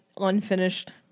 unfinished